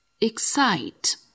Excite